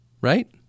Right